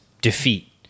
defeat